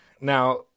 Now